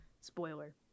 Spoiler